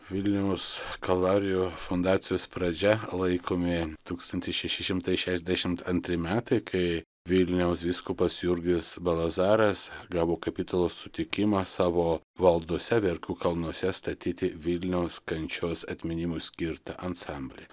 vilniaus kalvarijų fundacijos pradžia laikomi tūkstantis šeši šimtai šešiasdešimt antri metai kai vilniaus vyskupas jurgis belazaras gavo kapitulos sutikimą savo valdose verkių kalnuose statyti vilniaus kančios atminimui skirtą ansamblį